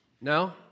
No